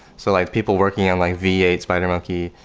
so like people working on like v eight, spidermonkey,